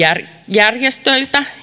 järjestöiltä